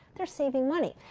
they're saving money.